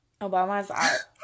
Obama's